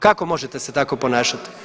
Kako možete se tako ponašati?